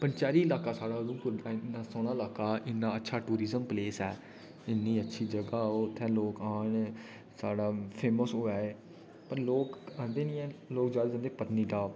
पंचैरी इलाका साढ़ै उधमपुर दा इन्ना सोह्ना इलाका टूरिस्ट प्लेस ऐ इन्नी अच्छी जगह् ऐ लोक औन साढ़ा फेमस होऐ एह् पर लोक आंदे नीं ऐ लोक जैदा जंदे पतनीटॉप